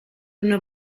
una